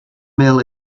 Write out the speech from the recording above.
mill